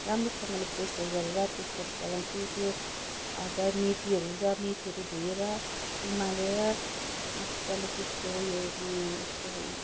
राम्रोसँगले पेस्टहरू गरेर त्यस्तोहरू चलाउँछु त्यो अदर मेथीहरू हुन्छ मेथीहरू धोएर उमालेर मज्जाले त्यसको उयो यस्तो